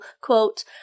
quote